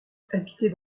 habiter